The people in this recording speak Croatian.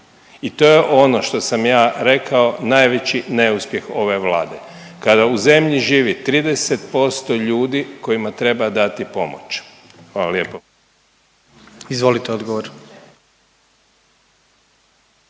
i to je ono što sam ja rekao najveći neuspjeh ove Vlade, kada u zemlji živi 30% ljudi kojima treba dati pomoć. Hvala lijepo. **Jandroković,